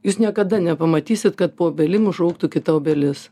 jūs niekada nepamatysit kad po obelim užaugtų kita obelis